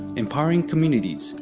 empowering communities,